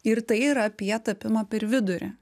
ir tai yra apie tapimą per vidurį